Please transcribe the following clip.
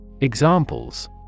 Examples